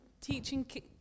teaching